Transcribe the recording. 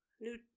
new